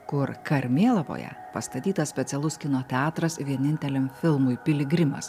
kur karmėlavoje pastatytas specialus kino teatras vieninteliam filmui piligrimas